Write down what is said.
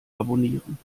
abonnieren